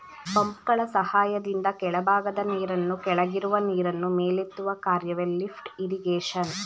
ಪಂಪ್ಗಳ ಸಹಾಯದಿಂದ ಕೆಳಭಾಗದ ನೀರನ್ನು ಕೆಳಗಿರುವ ನೀರನ್ನು ಮೇಲೆತ್ತುವ ಕಾರ್ಯವೆ ಲಿಫ್ಟ್ ಇರಿಗೇಶನ್